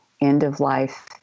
end-of-life